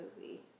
movie